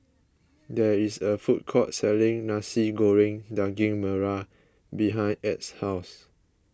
there is a food court selling Nasi Goreng Daging Merah behind Add's house